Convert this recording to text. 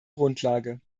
grundlage